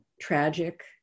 tragic